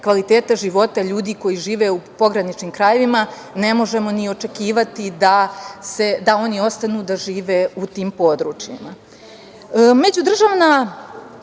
kvaliteta života ljudi koji žive u pograničnim krajevima, ne možemo ni očekivati da oni ostanu da žive u tim područjima.Međudržavna